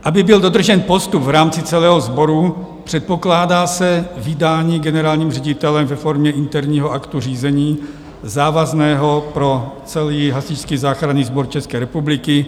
Aby byl dodržen postup v rámci celého sboru, předpokládá se vydání generálním ředitelem ve formě interního aktu řízení závazného pro celý Hasičský záchranný sbor České republiky.